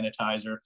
sanitizer